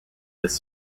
this